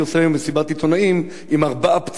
אני עושה היום מסיבת עיתונאים עם ארבעה פצועים,